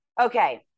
Okay